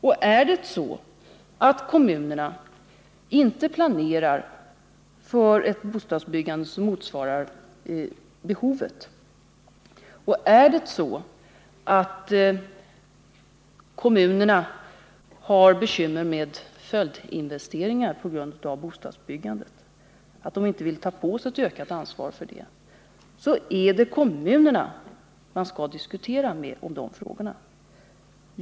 Om kommunerna inte planerar för ett bostadsbyggande som motsvarar behovet och om kommunerna har bekymmer med följdinvesteringar på grund av bostadsbyggandet eller inte vill ta på sig ett ökat ansvar för dessa, så är det med kommunerna man skall diskutera den saken.